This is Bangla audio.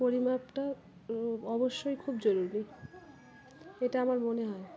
পরিমাপটা অবশ্যই খুব জরুরি এটা আমার মনে হয়